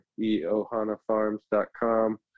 eohanafarms.com